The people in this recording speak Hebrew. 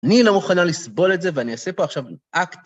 אני לא מוכנה לסבול את זה, ואני אעשה פה עכשיו אקט.